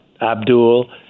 Abdul